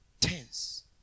tense